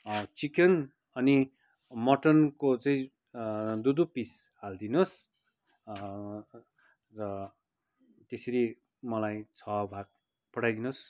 chicken अनि मटनको चाहिँ दुई दुई पिस हाली दिनुहोस् र त्यसरी मलाई छः भाग पठाई दिनुहोस्